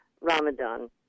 Ramadan